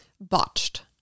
Botched